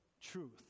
truth